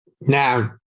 Now